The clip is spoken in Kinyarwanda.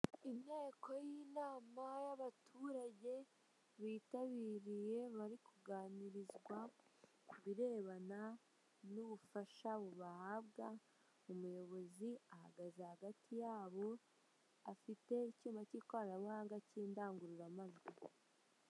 Inteko y'inama y'abaturage bitabiriye bari kuganirizwa ku birebana n'ubufasha bubahabwa, umuyobozi ahagaze hagati yabo afite icyuma cy'ikoranabuhanga cy'indangururamanjwi.